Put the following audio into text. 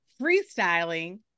freestyling